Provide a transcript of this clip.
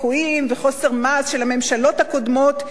ליקויים וחוסר מעש של הממשלות הקודמות,